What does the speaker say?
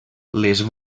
les